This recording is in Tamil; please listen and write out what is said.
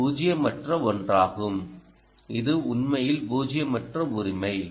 இது பூஜ்ஜியமற்ற ஒன்றாகும் இது உண்மையில் பூஜ்ஜியமற்ற உரிமை